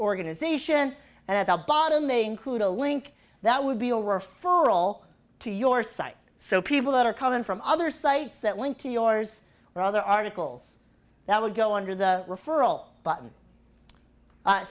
organization and at the bottom they include a link that would be a referral to your site so people are coming from other sites that link to yours or other articles that would go under the referral button